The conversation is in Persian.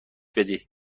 بدیش